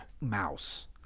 mouse